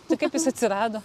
tai kaip jis atsirado